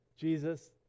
Jesus